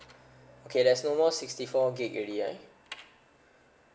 okay there's no more sixty four gig already ya